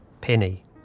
Penny